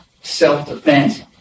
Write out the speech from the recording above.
self-defense